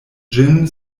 ĝin